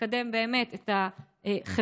לקדם באמת את החברה,